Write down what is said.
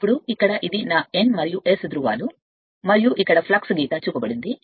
ఇప్పుడు ఇక్కడ ఇది నా N మరియు S ధృవాలు మరియు విషయం మీరు పిలిచేది ఇక్కడ ఫ్లక్స్ గీత చూపబడింది